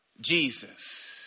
Jesus